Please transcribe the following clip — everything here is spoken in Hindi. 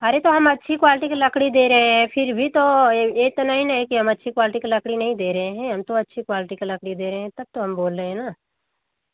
अरे तो हम अच्छी क्वालिटी की लकड़ी दे रहे हें फिर भी तो ए ए त नही नही न है कि हम अच्छी क्वालिटी क लकड़ी नही दे रहे हैं हम तो अच्छी क्वालिटी क लकड़ी दे रहे हैं तब तो हम बोल रहे हैं न